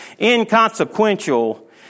inconsequential